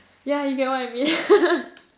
yeah you get what I mean